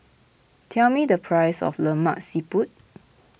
tell me the price of Lemak Siput